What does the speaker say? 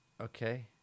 okay